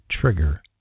trigger